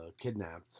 kidnapped